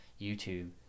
YouTube